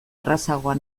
errazagoa